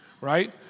right